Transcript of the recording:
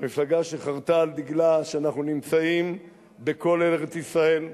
מפלגה שחרתה על דגלה שאנחנו נמצאים בכל ארץ-ישראל,